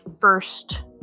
first